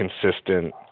consistent